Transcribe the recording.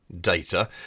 data